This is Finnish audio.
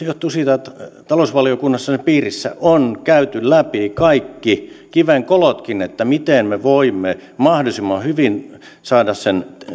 johtuu siitä että talousvaliokunnan piirissä on käyty läpi kaikki kivenkolotkin miten me voimme mahdollisimman hyvin saada sen